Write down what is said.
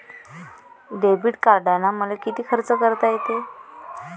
Debit कार्डानं मले किती खर्च करता येते?